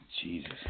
Jesus